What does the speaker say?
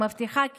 המבטיחה קיום,